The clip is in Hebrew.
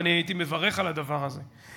ואני הייתי מברך על הדבר הזה.